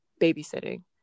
babysitting